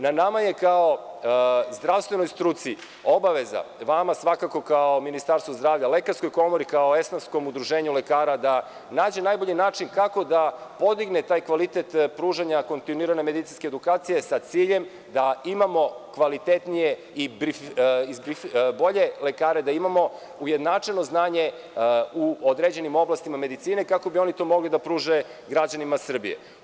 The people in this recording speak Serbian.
Na nama je kao zdravstvenoj struci obaveza, vama svakako kao Ministarstvu zdravlja, Lekarskoj komori, kao esnafskom udruženju lekara, da nađe najbolji način kako da podigne taj kvalitet pružanja kontinuirane medicinske edukacije, sa ciljem da imamo kvalitetnije i bolje lekare, da imamo ujednačeno znanje u određenim oblastima medicine, kako bi oni to mogli da pruže građanima Srbije.